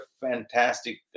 fantastic